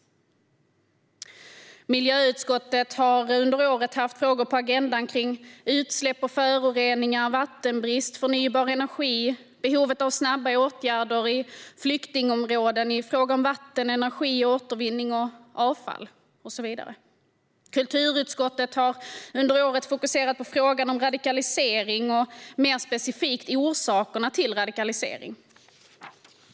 Miljöutskottet har under året haft frågor på agendan kring utsläpp och föroreningar, vattenbrist, förnybar energi, behovet av snabba åtgärder i flyktingområden i fråga om vatten, energi, återvinning, avfall och så vidare. Kulturutskottet har under året fokuserat på frågan om radikalisering och mer specifikt orsakerna till radikalisering.